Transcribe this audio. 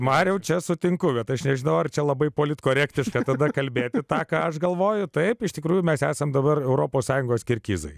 mariau čia sutinku bet aš nežinau ar čia labai politkorektiška tada kalbėti ir tą ką aš galvoju taip iš tikrųjų mes esam dabar europos sąjungos kirgizai